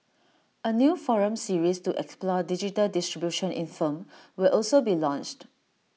A new forum series to explore digital distribution in film will also be launched